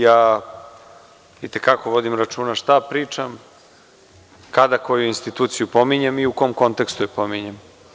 Ja i te kako vodim računa šta pričam, kada koju instituciju pominjem i u kom kontekstu je pominjem.